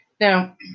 Now